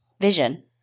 vision